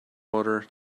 water